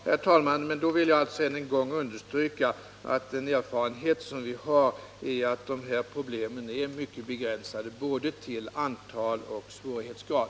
Herr talman! Ja, men då vill jag än en gång understryka att enligt den erfarenhet som vi har av de här problemen är de mycket begränsade till både antal och svårighetsgrad.